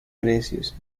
precios